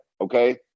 Okay